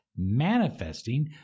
manifesting